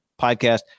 Podcast